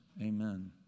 Amen